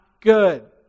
good